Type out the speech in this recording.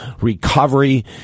recovery